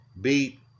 beat